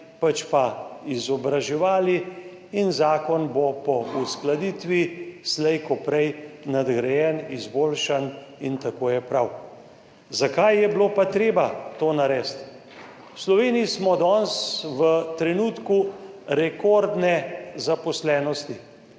pač pa so izobraževali, in zakon bo po uskladitvi slej ko prej nadgrajen, izboljšan, in tako je prav. Zakaj je bilo pa treba to narediti? V Sloveniji smo danes v trenutku rekordne zaposlenosti